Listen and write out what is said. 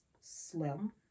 slim